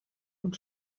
und